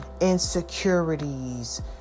insecurities